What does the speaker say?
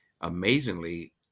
Amazingly